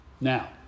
Now